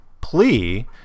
plea